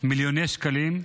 מיליוני שקלים.